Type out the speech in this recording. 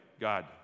God